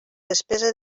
despesa